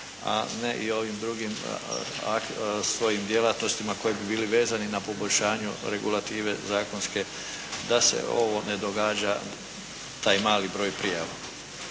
a ne i ovim drugim svojim djelatnostima koje bi bile vezane na poboljšanju regulative zakonske da se ovo ne događa, taj mali broj prijava.